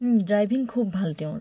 driving খুব ভাল তেওঁঁৰ